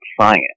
science